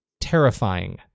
terrifying